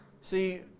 See